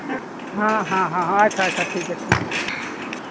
ᱦᱮᱸ ᱦᱮᱸ ᱟᱪᱪᱷᱟ ᱴᱷᱤᱠ ᱜᱮᱭᱟ